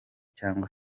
cyangwa